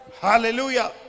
hallelujah